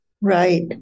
Right